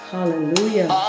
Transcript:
Hallelujah